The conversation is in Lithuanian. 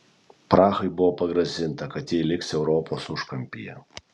prahai buvo pagrasinta kad ji liks europos užkampyje